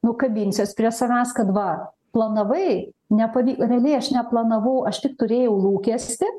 nu kabinsiuos prie savęs kad va planavai nepavy realiai aš neplanavau aš tik turėjau lūkestį